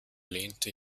lehnte